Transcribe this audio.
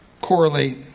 correlate